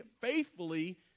faithfully